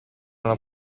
una